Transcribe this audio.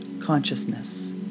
consciousness